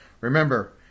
Remember